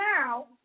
now